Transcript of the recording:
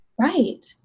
Right